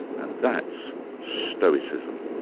and that's stoicism.